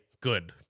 good